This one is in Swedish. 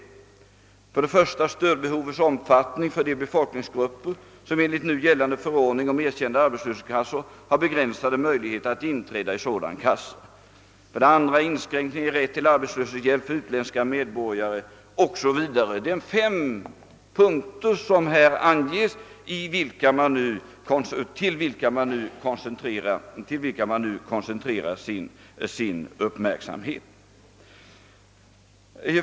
Där anges för det första stöd behovets omfattning för de befolkningsgrupper, som enligt nu gällande förordning om erkända arbetslöshetskassor har begränsade möjligheter att inträda i sådan kassa, för det andra inskränkning i rätten till arbetslöshetshjälp för utländska medborgare o. s. v. Det är fem punkter vilka anges och till vilka man nu koncentrerar sin uppmärksamhet.